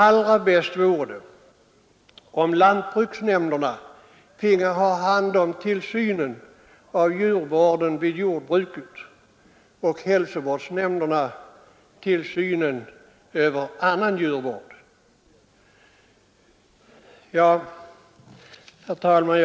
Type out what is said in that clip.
Det vore allra bäst om lantbruksnämnderna finge hand om tillsynen över djurvården vid jordbruken och hälsovårdsnämnderna tillsynen över annan djurvård. Herr talman!